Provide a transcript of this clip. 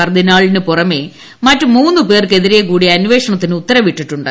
കർദിനാളിന് പുറമേ മറ്റ് മൂന്നുപേർക്ക് എതിരെ കൂടി അന്വേഷണത്തിന് ഉത്തരവിട്ടിട്ടുണ്ട്